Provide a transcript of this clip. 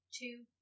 Two